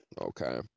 Okay